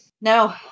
No